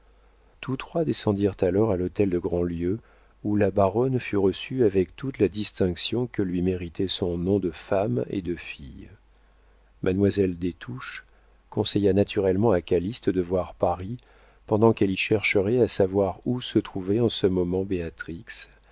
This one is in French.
tous trois descendirent alors à l'hôtel de grandlieu où la baronne fut reçue avec toute la distinction que lui méritait son nom de femme et de fille mademoiselle des touches conseilla naturellement à calyste de voir paris pendant qu'elle y chercherait à savoir où se trouvait en ce moment